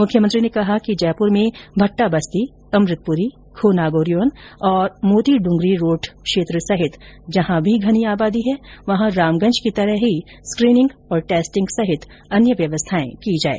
मुख्यमंत्री ने कहा कि जयपुर में भट्टाबस्ती अमृतपुरी खोनागोरियान और मोतीडूंगरी रोड क्षेत्र सहित जहां भी घनी आबादी है वहां रामगंज की तरह ही स्क्रीनिंग और टेस्टिंग सहित अन्य व्यवस्थायें की जाये